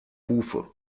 hufe